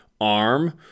arm